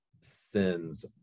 sins